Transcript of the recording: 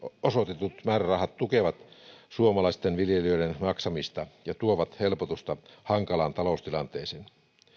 osoitetut määrärahat tukevat suomalaisten viljelijöiden jaksamista ja tuovat helpotusta hankalaan taloustilanteeseen